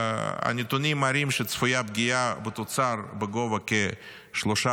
הנתונים מראים שצפויה פגיעה בתוצר בגובה כ-13%,